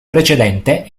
precedente